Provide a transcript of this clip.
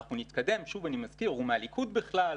שוב, אני מזכיר שהוא מהליכוד בכלל.